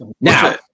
Now